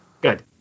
Good